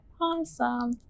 Awesome